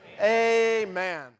amen